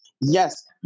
Yes